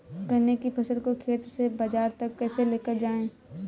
गन्ने की फसल को खेत से बाजार तक कैसे लेकर जाएँ?